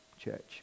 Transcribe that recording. church